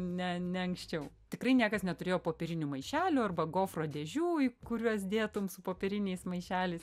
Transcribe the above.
ne ne anksčiau tikrai niekas neturėjo popierinių maišelių arba gofro dėžių į kuriuos dėtum su popieriniais maišeliais